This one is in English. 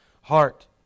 heart